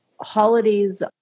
holidays